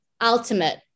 ultimate